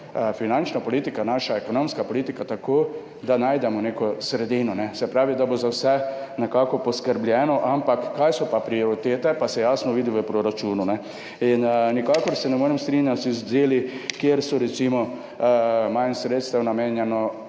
finančna politika, naša ekonomska politika tako, da najdemo neko sredino, da bo za vse nekako poskrbljeno, ampak kaj so pa prioritete, pa se jasno vidi v proračunu. In nikakor se ne morem strinjati z deli, kjer je recimo manj sredstev namenjenih